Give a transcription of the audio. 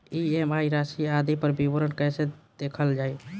EMI राशि आदि पर विवरण कैसे देखल जाइ?